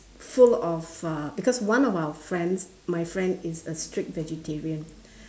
full of uh because one of our friends my friend is a strict vegetarian